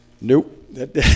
nope